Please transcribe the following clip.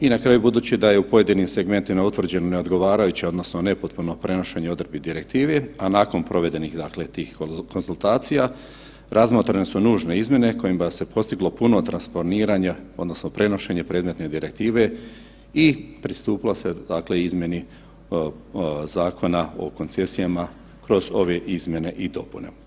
I na kraju budući da je u pojedinim segmentima utvrđeno ne odgovarajuće odnosno nepotpuno prenošenje odredbi direktive, a nakon provedenih tih konzultacija razmotrene su nužne izmjene kojima se postiglo puno transponiranja odnosno prenošenje predmetne direktive i pristupilo se izmjeni Zakona o koncesijama kroz ove izmjene i dopune.